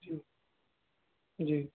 जी जी